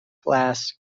glass